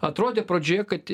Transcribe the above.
atrodė pradžioje kad